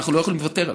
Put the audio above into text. אנחנו לא יכולים לוותר.